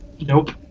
Nope